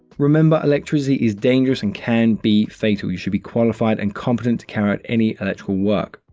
remember, electricity is dangerous and can be fatal. you should be qualified and competent to carry out any electrical work.